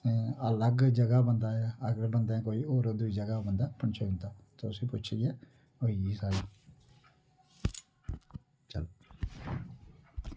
अलग ज'गा दा बंदा ऐ अगर बंदे कोई होर दूई ज'गा पर बंदा पंछोई जंदा तो उस्सी पुच्छियै होई ए सारी चल